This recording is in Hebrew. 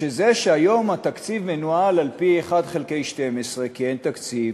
שזה שהיום התקציב מנוהל על-פי 1 חלקי 12 כי אין תקציב,